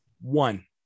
One